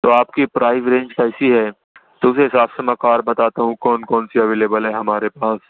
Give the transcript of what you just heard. تو آپ کی پرائز رینج کیسی ہے تو اس حساب سے میں کار بتاتا ہوں کون کون سی اویلیبل ہے ہمارے پاس